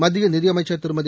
மத்திய நிதியமைச்சர் திருமதி